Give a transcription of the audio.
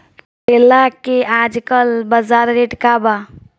करेला के आजकल बजार रेट का बा?